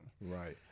Right